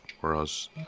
whereas